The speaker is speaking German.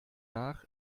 nach